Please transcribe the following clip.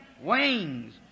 wings